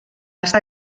estar